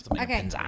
Okay